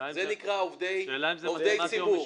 זה נקרא עובדי ציבור.